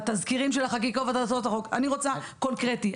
אני רוצה קונקרטי.